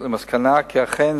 למסקנה כי אכן,